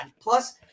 plus